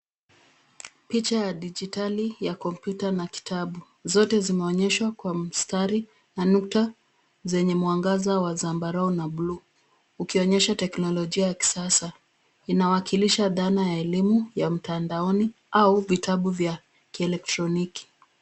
Picha ya digitali ya kompyuta na kitabu. Zote zimeonyeshwa kwa mstari na nukta zenye mwangaza wa zambarau na buluu, ukionyesha teknolojia ya kisasa. Inawakilisha dhana ya elimu ya mtandaoni au vitabu vya elektroniki.